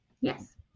Yes